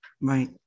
Right